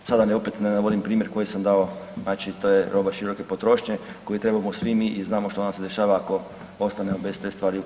Sada da opet ne navodim primjer koji sam dao, znači to je roba široke potrošnje koji treba svi mi i znamo što nam se dešava ako ostanemo bez te stvari u kući.